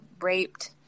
raped